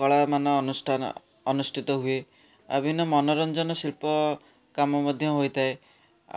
କଳାମାନ ଅନୁଷ୍ଠାନ ଅନୁଷ୍ଠିତ ହୁଏ ବିଭିନ୍ନ ମନୋରଞ୍ଜନ ଶିଳ୍ପ କାମ ମଧ୍ୟ ହୋଇଥାଏ